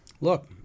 look